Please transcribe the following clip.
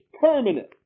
permanent